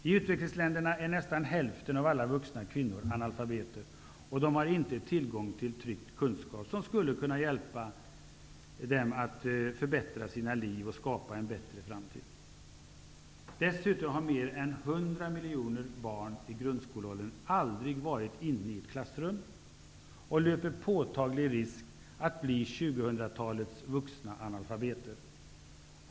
I utvecklingsländerna är nästan hälften av alla vuxna kvinnor analfabeter, och de har inte tillgång till tryckt kunskap, som skulle kunna hjälpa dem att förbättra sina liv och skapa en bättre framtid. Dessutom har mer än 100 miljoner barn i grundskoleåldern aldrig varit inne i ett klassrum, och om inte omedelbara åtgärder vidtas löper de påtaglig risk att bli 2000-talets vuxna analfabeter.